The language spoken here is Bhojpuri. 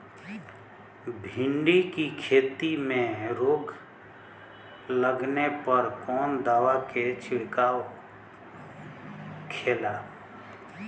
भिंडी की खेती में रोग लगने पर कौन दवा के छिड़काव खेला?